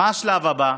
מה השלב הבא?